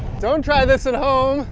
don't try this at home